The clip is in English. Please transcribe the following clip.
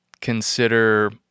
consider